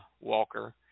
walker